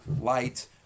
light